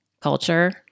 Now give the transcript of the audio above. culture